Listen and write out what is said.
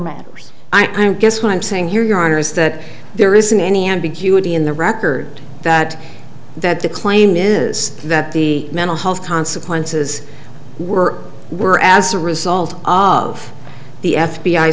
matters i guess what i'm saying here your honor is that there isn't any ambiguity in the record that that the claim is that the mental health consequences were were as a result of the f